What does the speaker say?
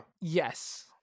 yes